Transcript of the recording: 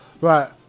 Right